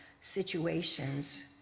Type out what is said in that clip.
situations